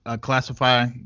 classify